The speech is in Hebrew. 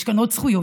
יש כאן עוד זכויות,